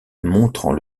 montrant